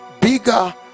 bigger